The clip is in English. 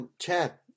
chat